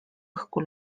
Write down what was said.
õhku